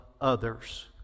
others